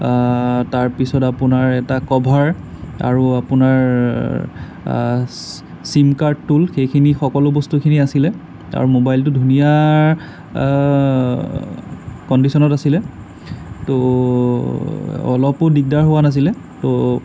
তাৰ পিছত আপোনাৰ এটা কভাৰ আৰু আপোনাৰ চিম কাৰ্ড টুল সেইখিনি সকলো বস্তু খিনি আছিলে আৰু ম'বাইলটো ধুনীয়া কণ্ডিচনত আছিলে ত' অলপো দিগদাৰ হোৱা নাছিলে ত'